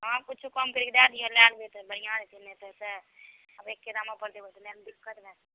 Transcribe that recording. हाँ किछु कम करि कऽ दए दिहऽ लए लेबै तऽ बढ़िआँ रहतै नहि तऽ से आब एके दाम पर देबऽ तऽ लएमे दिक्कत भए जेतै